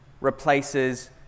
replaces